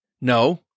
no